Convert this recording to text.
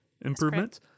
improvements